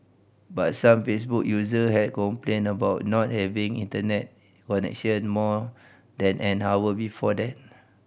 but some Facebook user had complained about not having Internet connection more than an hour before that